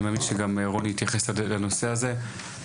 אני מאמין שגם רוני יתייחס לנושא הזה.